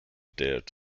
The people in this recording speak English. dared